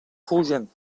fugen